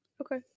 Okay